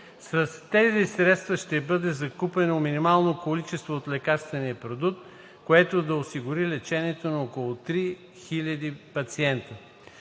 С тези средства ще бъде закупено минимално количество от лекарствения продукт, което да осигури лечение на около 3000 пациенти.